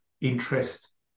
interest